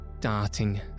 darting